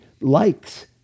likes